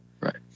right